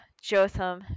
Jotham